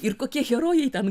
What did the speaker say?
ir kokie herojai ten